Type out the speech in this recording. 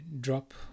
drop